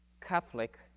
Catholic